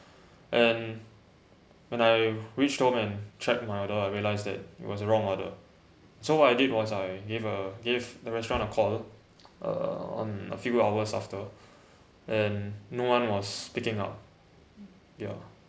and when I reached home and track my order I realised that it was a wrong order so I did was I gave a give the restaurant a call uh on a few hours after and no one was picking up ya